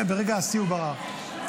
ברגע השיא הוא ברח.